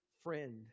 friend